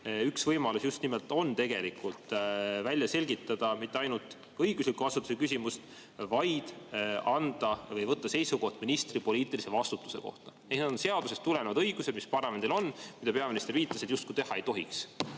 üks võimalusi on just nimelt välja selgitada mitte ainult õigusliku vastutuse küsimust, vaid anda või võtta seisukoht ministri poliitilise vastutuse kohta. Need on seadusest tulenevad õigused, mis parlamendil on, mille kohta peaminister viitas, et neid justkui teha ei tohiks.